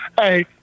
Hey